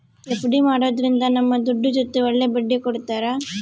FD ಮಾಡೋದ್ರಿಂದ ನಮ್ ದುಡ್ಡು ಜೊತೆ ಒಳ್ಳೆ ಬಡ್ಡಿ ಕೊಡ್ತಾರ